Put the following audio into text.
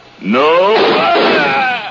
No